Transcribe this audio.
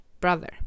brother